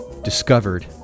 discovered